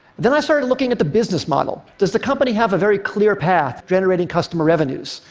then i started looking at the business model. does the company have a very clear path generating customer revenues?